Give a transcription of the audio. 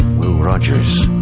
will rogers,